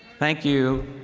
thank you.